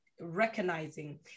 recognizing